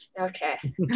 okay